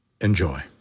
Enjoy